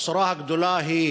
הבשורה הגדולה היא